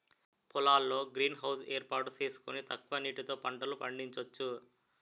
పొలాల్లో greenhouse ఏర్పాటు సేసుకొని తక్కువ నీటితో పంటలు పండించొచ్చు